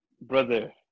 brother